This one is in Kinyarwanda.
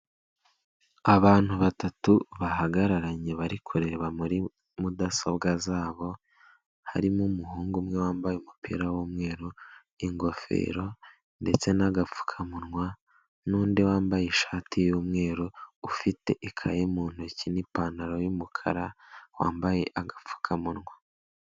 Abantu batatu bahagararanye bari kureba muri mudasobwa zabo, harimo umuhungu umwe wambaye umupira w'umweru ingofero, ndetse n'agapfukamunwa, n'undi wambaye ishati y'umweru ufite ikaye mu ntoki n'ipantaro y'umukara, wambaye agapfukamunwa.